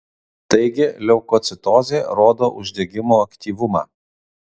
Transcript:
taigi leukocitozė rodo uždegimo aktyvumą